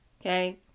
Okay